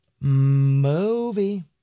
movie